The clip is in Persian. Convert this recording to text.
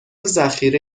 ذخیره